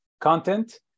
content